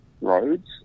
roads